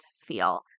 feel